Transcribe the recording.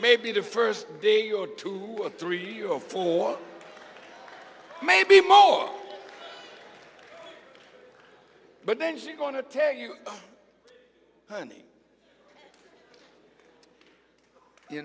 maybe the first day or two or three or four maybe more but then she's going to tell you honey you